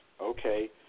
okay